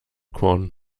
korn